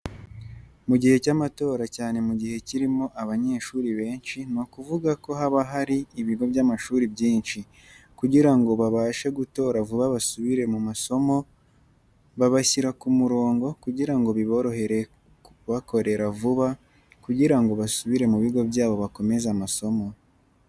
Mu gihe cy'amatora cyane mu gice kirimo abanyeshuri benshi ni ukuvuga ko haba hari ibigo by'abanyeshuri byinshi. Kugira ngo babashe gutora vuba basubire mu masomo babashyira ku mirongo kugira ngo biborohere kubakorera vuba kugira ngo basubire mu bigo byabo bakomeze amasomo.